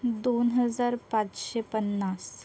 दोन हजार पाचशे पन्नास